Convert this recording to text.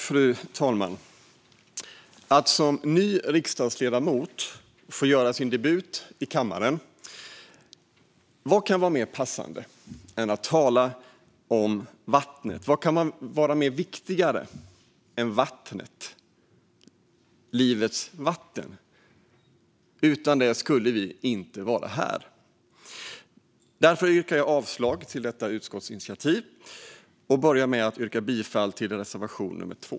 Fru talman! När man som ny riksdagsledamot får göra sin debut i kammaren, vad kan vara mer passande än att tala om vattnet? Vad kan vara viktigare än vattnet, livets vatten? Utan det skulle vi inte vara här. Därför börjar jag med att yrka avslag på detta utskottsinitiativ och bifall till reservation nummer 2.